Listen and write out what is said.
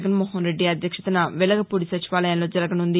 జగన్మోహన్ రెడ్డి అధ్యక్షతన వెలగపూడి సచివాలయంలో జరగనుంది